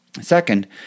Second